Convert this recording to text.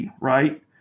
right